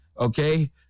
okay